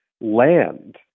land